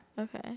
Okay